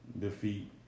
defeat